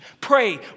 Pray